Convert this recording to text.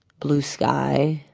blue sky,